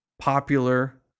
popular